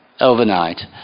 overnight